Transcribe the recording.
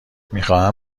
میخواهند